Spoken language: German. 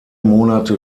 monate